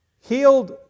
healed